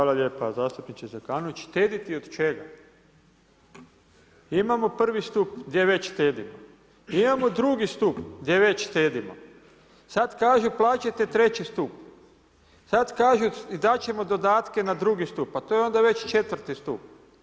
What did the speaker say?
Hvala lijepa zastupniče Zekanović, štediti od čega, imamo prvi stup gdje već štedimo, imamo drugi stup gdje već štedimo, sad kažu plaćajte treći stup, sad kažu dat ćemo dodatke na drugi stup, pa to je onda već četvrti stup.